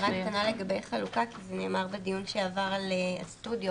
הערה קטנה לגבי חלוקה כי זה נאמר בדיון שעבר על הסטודיו,